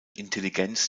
intelligenz